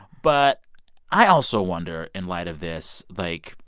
but i also wonder, in light of this, like,